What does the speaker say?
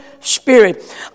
Spirit